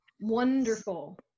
Wonderful